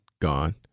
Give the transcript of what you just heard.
gone